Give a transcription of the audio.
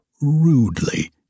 rudely